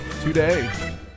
today